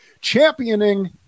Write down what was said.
Championing